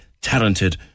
talented